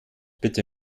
bitte